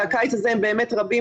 והקיץ הזה הם באמת רבים,